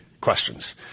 questions